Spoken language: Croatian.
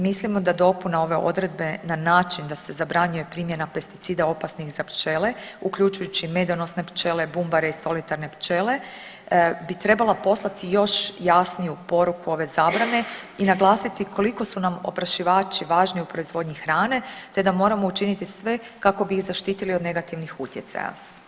Mislimo da dopuna ove odredbe na način da se zabranjuje primjena pesticida opasnih za pčele uključujući i medonosne pčele, bumbare i solitarne pčele bi trebala poslati još jasniju poruku ove zabrane i naglasiti koliko su nam oprašivači važni u proizvodnji hrane te da moramo učiniti sve kako bi ih zaštitili od negativnih utjecaja.